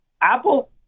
Apple